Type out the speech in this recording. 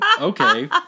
Okay